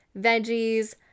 veggies